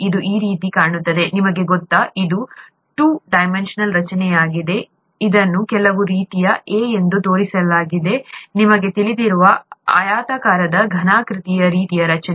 ಇದು ಈ ರೀತಿ ಕಾಣುತ್ತದೆ ನಿಮಗೆ ಗೊತ್ತಾ ಇದು ಟು ಡೈಮೆನ್ಷನಲ್ ರಚನೆಯಾಗಿದೆ ಇದನ್ನು ಕೆಲವು ರೀತಿಯ ಎ ಎಂದು ತೋರಿಸಲಾಗಿದೆ ನಿಮಗೆ ತಿಳಿದಿರುವ ಆಯತಾಕಾರದ ಘನಾಕೃತಿಯ ರೀತಿಯ ರಚನೆ